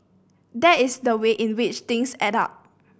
that is the way in which things add up